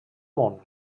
món